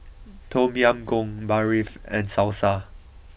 Tom Yam Goong Barfi and Salsa